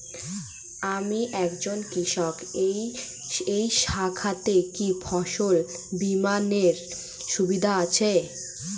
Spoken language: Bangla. আমি একজন কৃষক এই শাখাতে কি ফসল বীমার সুবিধা আছে?